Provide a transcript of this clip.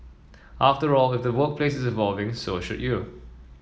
after all if the workplace is evolving so should you